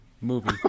movie